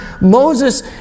Moses